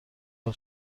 حال